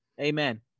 Amen